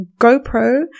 GoPro